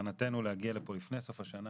בכוונתנו להגיע לפה לפני סוף השנה